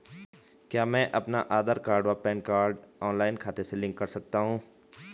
क्या मैं अपना आधार व पैन कार्ड ऑनलाइन खाते से लिंक कर सकता हूँ?